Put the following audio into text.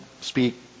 speak